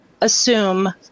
assume